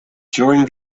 during